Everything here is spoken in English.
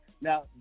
Now